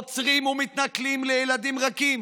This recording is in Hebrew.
עוצרים ומתנכלים לילדים רכים.